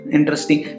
Interesting